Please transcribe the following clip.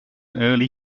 early